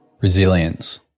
Resilience